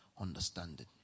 Understanding